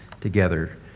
together